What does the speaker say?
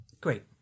Great